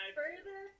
further